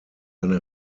eine